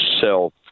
self